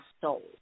soul